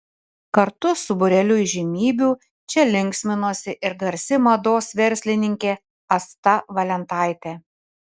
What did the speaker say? kartu su būreliu įžymybių čia linksminosi ir garsi mados verslininkė asta valentaitė